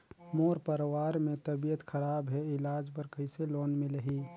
मोर परवार मे तबियत खराब हे इलाज बर कइसे लोन मिलही?